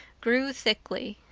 grew thickly.